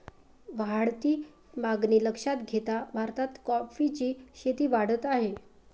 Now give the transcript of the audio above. वाढती मागणी लक्षात घेता भारतात कॉफीची शेती वाढत आहे